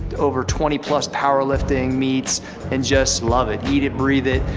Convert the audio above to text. over twenty plus powerlifting meets and just love it. eat it, breathe it,